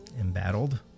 embattled